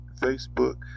Facebook